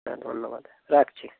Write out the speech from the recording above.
হ্যাঁ ধন্যবাদ রাখছি